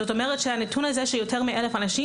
זאת אומרת שהנתון הזה שיותר מ-1,000 אנשים,